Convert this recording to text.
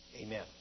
Amen